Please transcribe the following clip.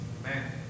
Amen